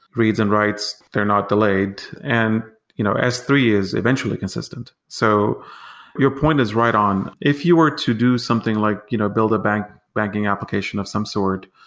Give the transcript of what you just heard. reads and writes. they're not delayed. and you know s three is eventually consistent. so your point is right on if you were to do something like you know build a banking application of some sort,